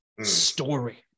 story